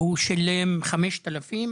ושילם 5,000,